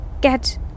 get